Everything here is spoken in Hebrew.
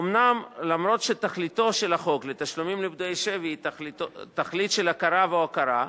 אומנם אף שתכליתו של חוק תשלומים לפדויי שבי היא תכלית של הכרה והוקרה,